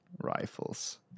rifles